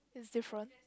it's different